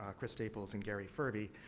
ah chris staples, and gary furbee.